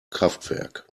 kraftwerk